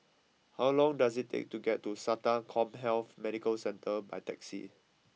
how long does it take to get to Sata CommHealth Medical Centre by taxi